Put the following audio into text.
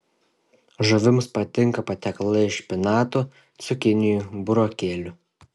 žuvims patinka patiekalai iš špinatų cukinijų burokėlių